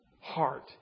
heart